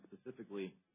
specifically